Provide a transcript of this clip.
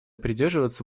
придерживаться